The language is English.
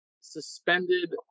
suspended